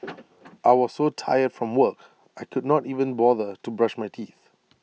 I was so tired from work I could not even bother to brush my teeth